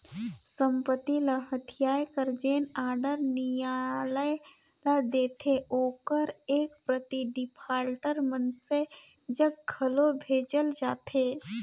संपत्ति ल हथियाए कर जेन आडर नियालय ल देथे ओकर एक प्रति डिफाल्टर मइनसे जग घलो भेजल जाथे